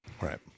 Right